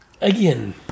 Again